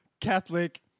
Catholic